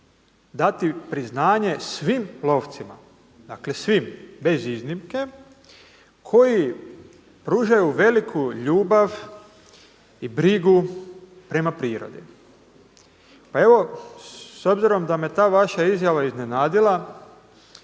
dati priznanje svim lovcima, dakle svim bez iznimke koji pružaju veliku ljubav i brigu prema prirodi. Pa evo, s obzirom da me ta vaša izjava iznenadila,